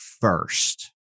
first